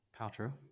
Paltrow